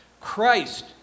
Christ